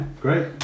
great